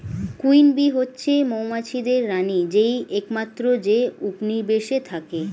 queen bee হচ্ছে মৌমাছিদের রানী যেই একমাত্র যে উপনিবেশে থাকে